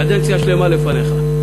קדנציה שלמה לפניך.